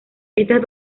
estas